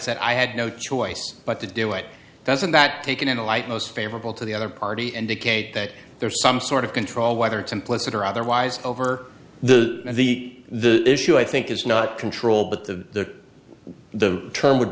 said i had no choice but to do it doesn't that taken in the light most favorable to the other party and to kate that there's some sort of control whether it's implicit or otherwise over the the the issue i think is not control but the the term would